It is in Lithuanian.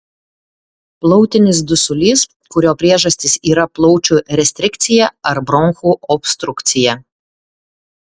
plautinis dusulys kurio priežastys yra plaučių restrikcija ar bronchų obstrukcija